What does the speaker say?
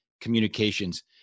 communications